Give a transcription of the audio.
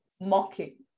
mocking